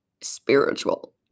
spiritual